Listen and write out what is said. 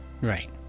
Right